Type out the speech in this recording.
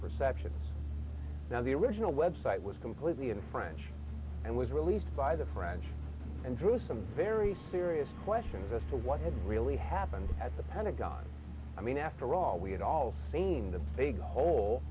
perceptions now the original website was completely in french and was released by the french and drew some very serious questions as to what had really happened at the pentagon i mean after all we had all seen the big hole